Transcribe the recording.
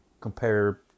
compare